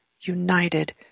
united